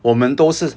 我们都是